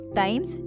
times